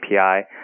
API